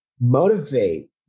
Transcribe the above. motivate